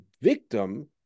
victim